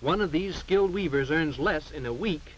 one of these skilled weavers earns less in a week